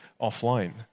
offline